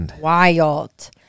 wild